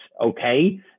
okay